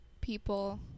people